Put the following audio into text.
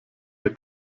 der